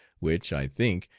which, i think,